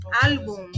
álbum